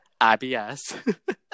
IBS